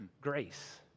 Grace